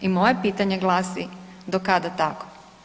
I moje pitanje glasi, do kada tako?